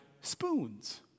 spoons